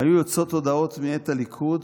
היו יוצאות הודעות מאת הליכוד: